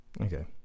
Okay